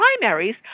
primaries